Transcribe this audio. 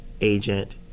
agent